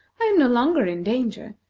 i am no longer in danger.